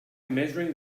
measuring